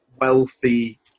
wealthy